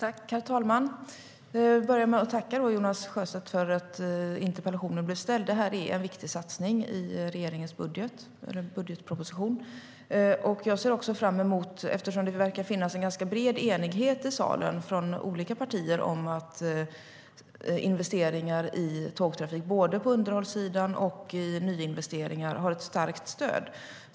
Herr talman! Jag vill börja med att tacka Jonas Sjöstedt för interpellationen. Det här är en viktig satsning i regeringens budgetproposition. Det verkar finnas en ganska bred enighet mellan olika partier om investeringar i tågtrafiken. Både underhållsinvesteringar och nyinvesteringar har ett starkt stöd.